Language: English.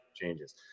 changes